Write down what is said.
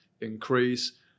increase